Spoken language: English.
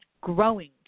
growing